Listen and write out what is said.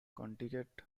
connecticut